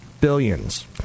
billions